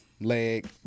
leg